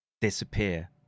disappear